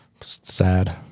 sad